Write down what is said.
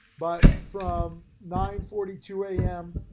but from nine forty two a m.